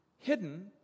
Hidden